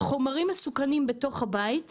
חומרים מסוכנים בתוך הבית ולרוב,